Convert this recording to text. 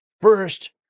first